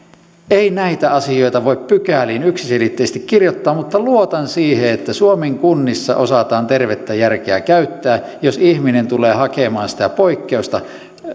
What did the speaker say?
ei näitä asioita voi pykäliin yksiselitteisesti kirjoittaa mutta luotan siihen että suomen kunnissa osataan tervettä järkeä käyttää eli jos ihminen tulee hakemaan sitä poikkeusta